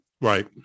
Right